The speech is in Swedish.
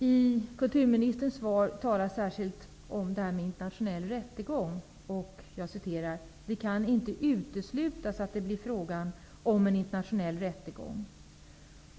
I kulturministerns svar talas det särskilt om en internationell rättegång: ''Det kan inte uteslutas att det blir fråga om en internationell rättegång --.''